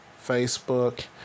Facebook